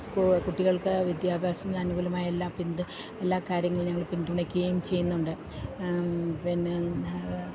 കുട്ടികൾക്കു വിദ്യാഭ്യാസം അനുകൂലമായ എല്ലാം എല്ലാ കാര്യങ്ങളും ഞങ്ങൾ പിന്തുണയ്ക്കയും ചെയ്യുന്നുണ്ട് പിന്നെ